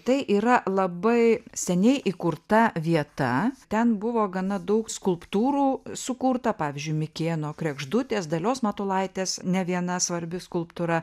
tai yra labai seniai įkurta vieta ten buvo gana daug skulptūrų sukurta pavyzdžiui mikėno kregždutės dalios matulaitės ne viena svarbi skulptūra